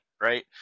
right